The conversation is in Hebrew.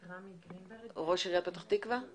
את רמי גרינברג, ראש עיריית פתח תקווה?